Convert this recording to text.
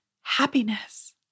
happiness